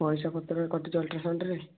ପଇସା ପତ୍ର କଟୁଛି ଅଲଟ୍ରାସାଉଣ୍ଡରେ